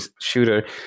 shooter